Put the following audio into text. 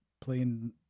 playing